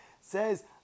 says